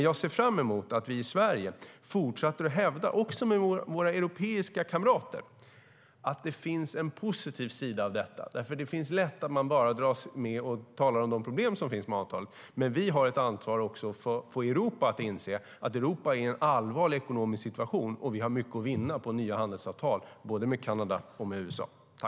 Jag ser fram emot att vi i Sverige fortsätter att hävda, också med våra europeiska kamrater, att det finns en positiv sida av detta. Det är lätt att man dras med och bara talar om de problem som finns med avtalet, men vi har ett ansvar också att få Europa att inse att Europa är i en allvarlig ekonomisk situation och att vi har mycket att vinna på nya handelsavtal, både med Kanada och med USA.